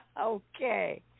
Okay